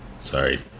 sorry